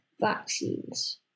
vaccines